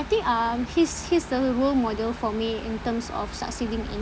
think um he's he's the role model for me in terms of succeeding in